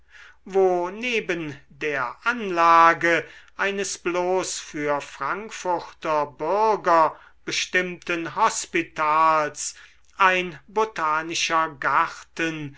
wo neben der anlage eines bloß für frankfurter bürger bestimmten hospitals ein botanischer garten